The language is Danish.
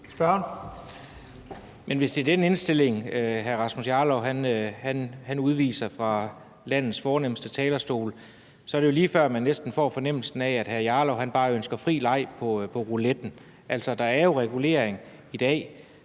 Men hvis det er den indstilling, hr. Rasmus Jarlov udviser fra landets fornemste talerstol, er det jo lige før, at man får fornemmelsen af, at hr. Rasmus Jarlov bare ønsker fri leg på rouletten. Altså, der er jo regulering i dag,